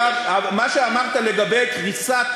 מה שאמרת לגבי קריסת